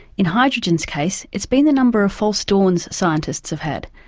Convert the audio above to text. in hydrogen's case it's been the number of false dawns scientists have had.